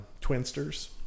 Twinsters